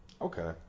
Okay